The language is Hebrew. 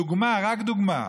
דוגמה, רק דוגמה.